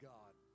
God